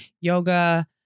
yoga